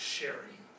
Sharing